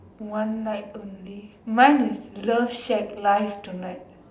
one night only mine is love shared life tonight